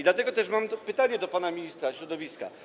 Dlatego też mam pytanie do pana ministra środowiska.